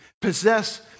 possess